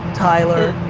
tyler,